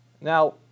Now